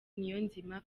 niyonzima